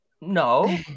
No